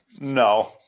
No